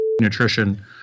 nutrition